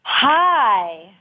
Hi